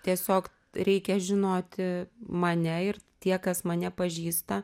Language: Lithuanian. tiesiog reikia žinoti mane ir tie kas mane pažįsta